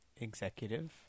executive